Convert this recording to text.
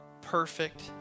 perfect